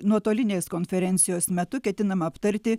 nuotolinės konferencijos metu ketinama aptarti